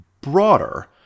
broader